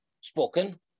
spoken